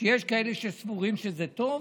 שיש כאלה שסבורים שזה טוב.